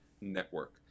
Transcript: network